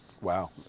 Wow